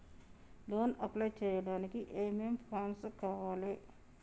Loan apply చేయడానికి ఏం ఏం ఫామ్స్ కావాలే?